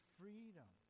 freedom